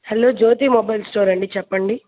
hello Jyothi mobile store అండి చెప్పండి